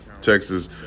texas